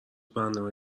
برنامه